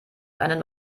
einen